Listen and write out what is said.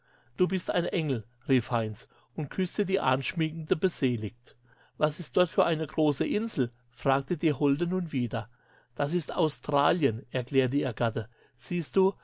du bist ein engel rief heinz und küßte die anschmiegende beseligt was ist dort für eine große insel fragte die holde nun wieder das ist australien erklärte ihr gatte siehst du